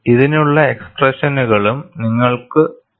ഇതിനുള്ള എക്സ്പ്രെഷനുകളും നിങ്ങൾക്കുണ്ട്